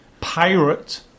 pirate